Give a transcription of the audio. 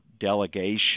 delegation